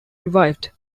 revived